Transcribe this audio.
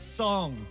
song